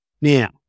Now